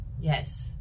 Yes